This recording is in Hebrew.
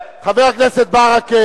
(חבר הכנסת ג'מאל זחאלקה